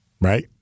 Right